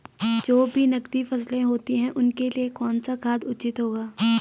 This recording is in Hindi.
जो भी नकदी फसलें होती हैं उनके लिए कौन सा खाद उचित होगा?